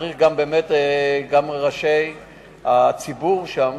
צריך גם באמת שראשי הציבור שם,